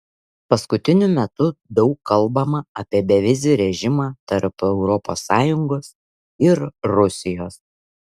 paskutiniu metu daug kalbama apie bevizį režimą tarp europos sąjungos ir rusijos